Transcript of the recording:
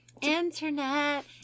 Internet